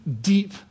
deep